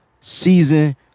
season